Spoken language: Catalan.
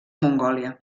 mongòlia